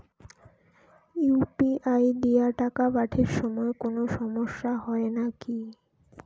UPI দিয়া টাকা পাঠের সময় কোনো সমস্যা হয় নাকি?